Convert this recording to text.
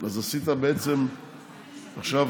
אז עשית בעצם 3:5,